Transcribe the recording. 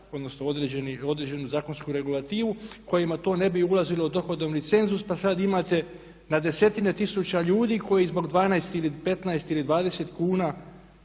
odnosno određenu zakonsku regulativu kojima to ne bi ulazilo u dohodovni cenzus, pa sad imate na desetine tisuća ljudi koji zbog 12 ili 15 ili 20 kuna